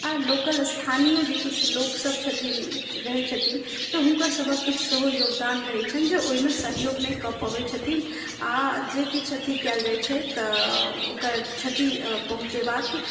आ लोकल स्थानीय जे किछु लोकसभ छथिन रहैत छथिन तऽ हुनकरसभक किछु सेहो योगदान रहैत छनि जे ओहिमे सहयोग नहि कऽ पबैत छथिन आ जे किछु अथी कयल जाइत छै तऽ ओकर क्षति पहुँचेबाक